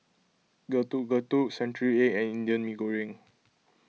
Getuk Getuk Century Egg and Indian Mee Goreng